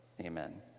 Amen